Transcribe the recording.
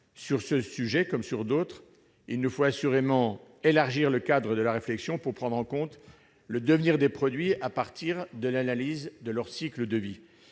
Sur ce sujet, comme sur d'autres, il nous faut assurément élargir le cadre de la réflexion pour prendre en compte le devenir des produits à partir de l'analyse de leur cycle de vie,